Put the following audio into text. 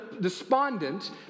despondent